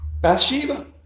Bathsheba